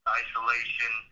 isolation